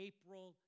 April